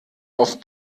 auf